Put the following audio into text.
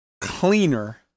cleaner